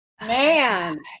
man